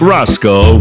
Roscoe